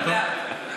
לאט-לאט.